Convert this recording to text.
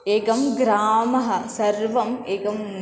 एकः ग्रामः सर्वम् एकं